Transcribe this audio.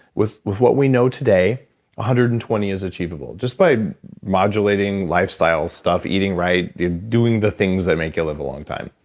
with with what we know today, one hundred and twenty is achievable just by modulating lifestyle stuff, eating right, you know doing the things that make you live a long time.